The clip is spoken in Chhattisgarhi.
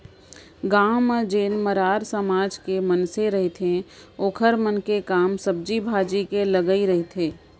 गाँव म जेन मरार समाज के मनसे रहिथे ओखर मन के काम सब्जी भाजी के लगई रहिथे